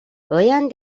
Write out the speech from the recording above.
уяан